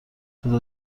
بذار